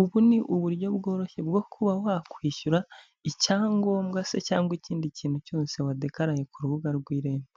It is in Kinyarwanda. Ubu ni uburyo bworoshye bwo kuba wakwishyura icyangombwa se cyangwa ikindi kintu cyose wadekaraye ku rubuga rw'irembo,